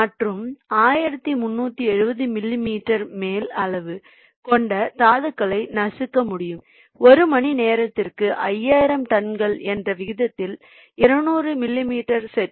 மற்றும் 1370 மில்லிமீட்டர் மேல் அளவு கொண்ட தாதுக்களை நசுக்க முடியும் ஒரு மணி நேரத்திற்கு 5000 டன்கள் என்ற விகிதத்தில் 200 மில்லிமீட்டர் செட்